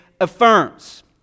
affirms